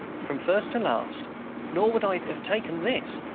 from first to last nor would i have taken this,